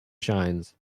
shines